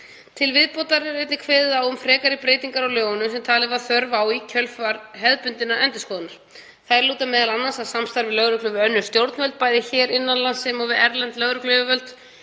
Til viðbótar er kveðið á um frekari breytingar á lögunum sem talin var þörf á í kjölfar hefðbundinnar endurskoðunar. Þær lúta m.a. að samstarfi lögreglu við önnur stjórnvöld, bæði hér innan lands sem og samstarfi við erlend lögregluyfirvöld.